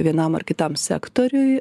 vienam ar kitam sektoriui